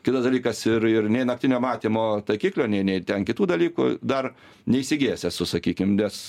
kitas dalykas ir ir nei naktinio matymo taikiklio nei nei ten kitų dalykų dar neįsigijęs esu sakykim nes